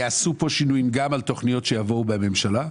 ייעשו כאן שינויים גם על תוכניות שיבואו מן הממשלה.